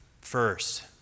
First